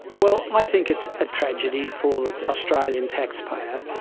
well, i think it's a tragedy for the australian taxpayer,